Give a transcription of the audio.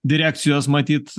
direkcijos matyt